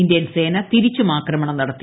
ഇന്ത്യൻസേന തിരിച്ചും ആക്രമണം നടത്തി